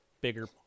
bigger